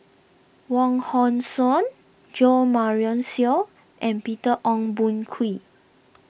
Wong Hong Suen Jo Marion Seow and Peter Ong Boon Kwee